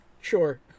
sure